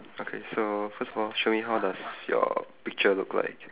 okay so first of all show me how does your picture look like